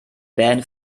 band